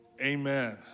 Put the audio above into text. amen